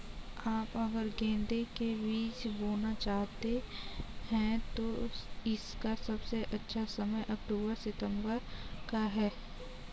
आप अगर गेंदे के बीज बोना चाहते हैं तो इसका सबसे अच्छा समय अक्टूबर सितंबर का है